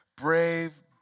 brave